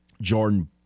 Jordan